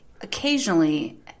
occasionally